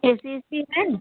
ए C C है